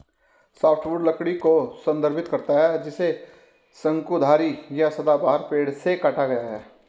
softwood लकड़ी को संदर्भित करता है जिसे शंकुधारी या सदाबहार पेड़ से काटा गया है